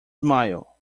smile